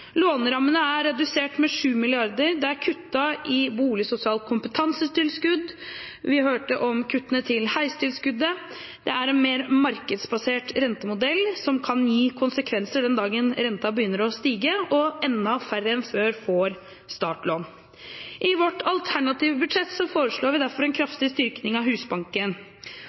Lånerammene er redusert med 7 mrd. kr, det er kuttet i boligsosialt kompetansetilskudd, vi hørte om kuttene til heistilskuddet, det er en mer markedsbasert rentemodell som kan gi konsekvenser den dagen renten begynner å stige, og enda færre enn før får startlån. I vårt alternative budsjett foreslår vi derfor en kraftig styrking av Husbanken,